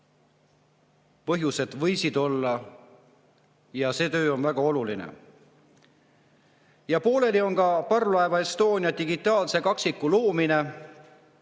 põhjused võisid olla. See töö on väga oluline. Pooleli on ka parvlaeva Estonia digitaalse kaksiku loomine